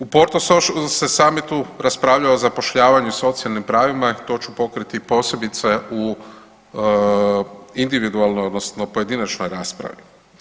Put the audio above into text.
U Porto … summitu raspravljalo o zapošljavanju i socijalnim pravima, to ću pokriti posebice u individualnoj odnosno pojedinačnoj raspravi.